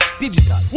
digital